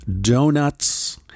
donuts